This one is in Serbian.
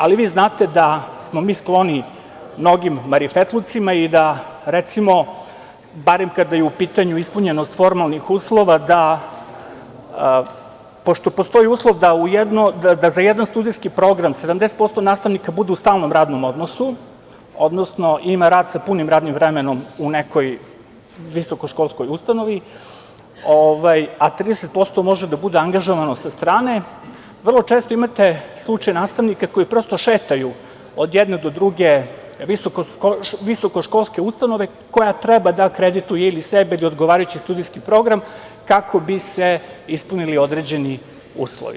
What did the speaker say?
Ali, vi znate da smo mi skloni mnogim marifetlucima i da, recimo, barem kada je u pitanju ispunjenost formalnih uslova, da pošto postoji uslov da za jedan studijski program 70% nastavnika budu u stalnom radnom odnosu, odnosno ima rad sa punim radnim vremenom u nekoj visokoškolskoj ustanovi, a 30 % može da bude angažovano sa strane, vrlo često imate slučaj nastavnika koji prosto šetaju od jedne do druge visokoškolske ustanove koja treba da akredituje ili sebe ili odgovarajući studijski program kako bi se ispunili određeni uslovi.